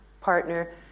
partner